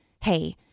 hey